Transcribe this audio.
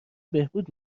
بهبود